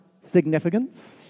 significance